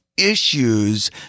issues